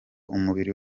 umubiri